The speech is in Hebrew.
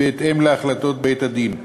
בהתאם להחלטות בית-הדין,